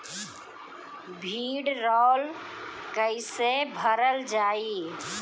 भीडरौल कैसे भरल जाइ?